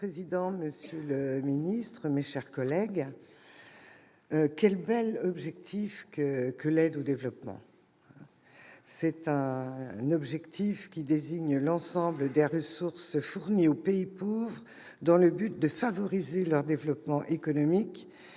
monsieur le ministre, monsieur le secrétaire d'État, mes chers collègues, quel bel objectif que l'aide au développement, qui désigne l'ensemble des ressources fournies aux pays pauvres dans le but de favoriser leur développement économique